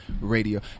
Radio